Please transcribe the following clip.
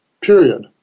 period